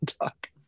talk